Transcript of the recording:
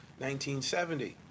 1970